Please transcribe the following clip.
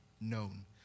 known